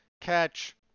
catch